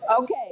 Okay